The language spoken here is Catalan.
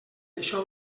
això